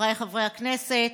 חבריי חברי הכנסת,